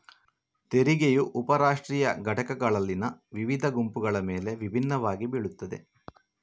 ತೆರಿಗೆಯು ಉಪ ರಾಷ್ಟ್ರೀಯ ಘಟಕಗಳಲ್ಲಿನ ವಿವಿಧ ಗುಂಪುಗಳ ಮೇಲೆ ವಿಭಿನ್ನವಾಗಿ ಬೀಳುತ್ತದೆ